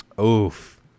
Oof